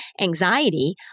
anxiety